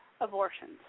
abortions